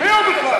מי הוא בכלל?